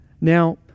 Now